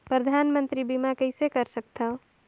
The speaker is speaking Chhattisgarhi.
परधानमंतरी बीमा कइसे कर सकथव?